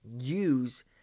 use